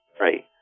Right